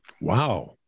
Wow